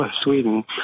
Sweden